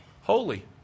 holy